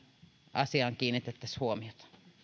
asiaan kiinnitettäisiin huomiota